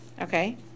okay